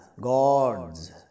gods